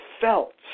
felt